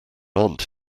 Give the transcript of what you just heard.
aunt